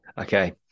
Okay